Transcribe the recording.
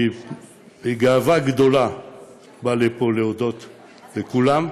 בגאווה גדולה אני בא לפה להודות לכולם,